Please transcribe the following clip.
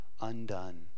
undone